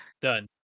done